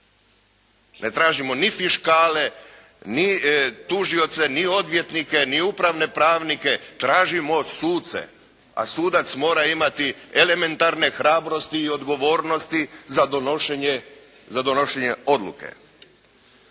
Ne tražimo ni fiškale, ni tužioce ni upravne pravnike, tražimo suce. A sudac mora imati elementarne hrabrosti i odgovornosti za donošenje odluke.